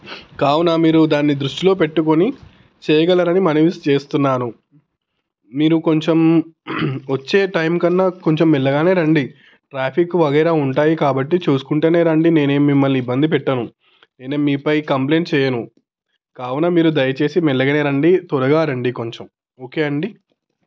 కావున మీరు దాన్ని దృష్టిలో పెట్టుకుని చేయగలరని మనవి చేస్తున్నాను మీరు కొంచెం వచ్చే టైం కన్నా కొంచెం మెల్లగానే రండి ట్రాఫిక్ వగైరా ఉంటాయి కాబట్టి చూసుకుంటానే రండి నేనేం మిమ్మల్ని ఇబ్బంది పెట్టను నేను మీ పై కంప్లైంట్ చెయ్యను కావున మీరు దయచేసి మెల్లగానే రండి త్వరగా రండి కొంచెం ఓకే అండి